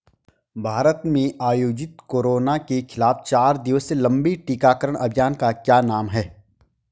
भारत में आयोजित कोरोना के खिलाफ चार दिवसीय लंबे टीकाकरण अभियान का क्या नाम है?